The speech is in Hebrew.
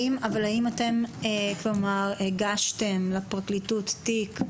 אבל האם אתם הגשתם לפרקליטות תיק?